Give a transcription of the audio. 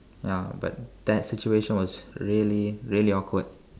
ya but that situation was really really awkward